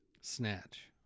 Snatch